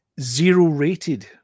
zero-rated